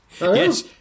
Yes